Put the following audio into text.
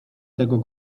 tego